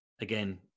again